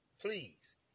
Please